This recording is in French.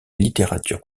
littérature